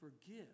forgive